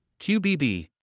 QBB